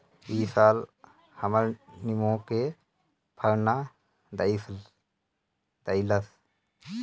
इ साल हमर निमो के फर ना धइलस